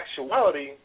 actuality